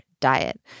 diet